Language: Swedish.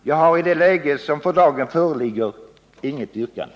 Jag har i det läge som för dagen föreligger inget yrkande.